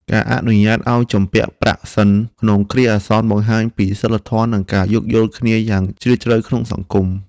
ការអនុញ្ញាតឱ្យជំពាក់ប្រាក់សិនក្នុងគ្រាអាសន្នបង្ហាញពីសីលធម៌និងការយោគយល់គ្នាយ៉ាងជ្រាលជ្រៅក្នុងសង្គម។